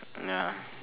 ya